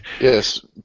Yes